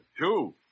Two